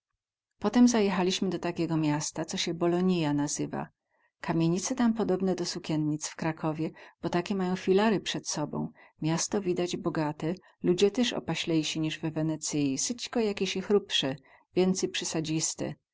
potem zajechaliśmy do takiego miasta co sie bolonija nazywa kamienice tam podobne do sukiennic w krakowie bo takie mają filary przed sobą miasto widać bogate ludzie tyz opaślejsi niz we wenecyi wsyćko jakiesi hrubse więcy